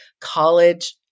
college